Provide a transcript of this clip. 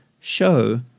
show